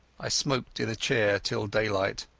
i smoked in a chair till daylight,